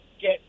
get